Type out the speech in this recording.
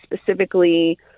specifically